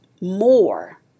more